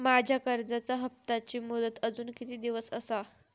माझ्या कर्जाचा हप्ताची मुदत अजून किती दिवस असा?